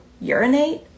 urinate